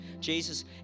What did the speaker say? Jesus